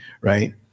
right